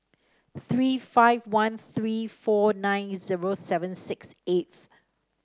three five one three four nine zero seven six eight